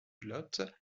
lot